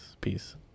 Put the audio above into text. Peace